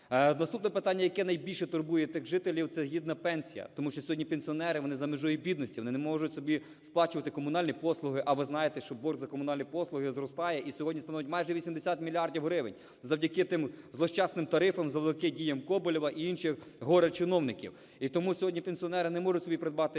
Наступне питання, яке найбільше турбує тих жителів, – це гідна пенсія. Тому що сьогодні пенсіонери, вони за межею бідності, вони не можуть собі сплачувати комунальні послуги. А ви знаєте, що борг за комунальні послуги зростає і сьогодні становить майже 80 мільярдів гривень завдяки тим злощасним тарифам, завдяки діям Коболєва і інших горе-чиновників. І тому сьогодні пенсіонери не можуть собі придбати